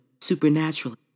supernaturally